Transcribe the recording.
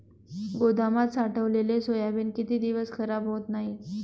गोदामात साठवलेले सोयाबीन किती दिवस खराब होत नाही?